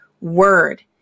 word